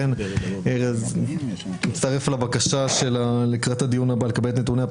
לכן אני מצטרף לבקשה לקראת הדיון הבא לקבל את הנתונים של